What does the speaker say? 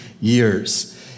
years